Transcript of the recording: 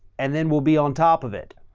and then we'll be on top of it.